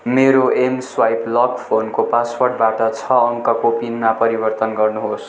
मेरो Mswipe lock फोनको पासवर्डबाट छ अङ्कको पिनमा परिवर्तन गर्नुहोस्